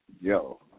Yo